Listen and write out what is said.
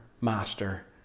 master